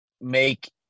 make